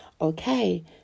Okay